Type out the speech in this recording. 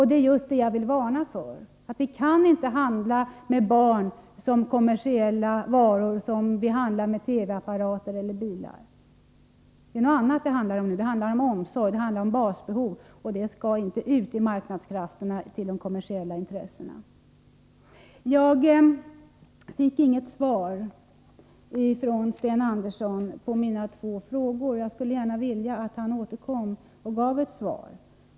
Det är just detta jag vill varna för. Vi kan inte handla med barn som om de vore kommersiella varor som TV-apparater eller bilar. Här handlar det om omsorg och om basbehov, och sådant skall inte föras ut till marknadskrafterna och de kommersiella intressena. Jag fick inget svar av Sten Andersson på mina två frågor, och jag skulle gärna vilja att han återkom till dem.